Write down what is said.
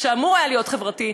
שאמור היה להיות חברתי,